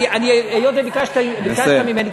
היות שביקשת ממני,